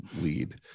lead